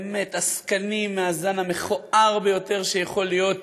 באמת עסקנים מהזן המכוער ביותר שיכול להיות